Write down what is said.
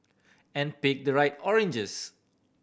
and pick the right oranges